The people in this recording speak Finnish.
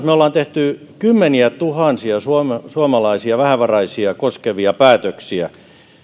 me olemme tehneet kymmeniätuhansia vähävaraisia suomalaisia koskevia päätöksiä